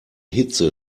hitze